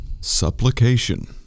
supplication